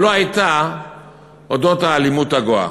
לא הייתה על אודות האלימות הגואה.